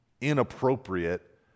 inappropriate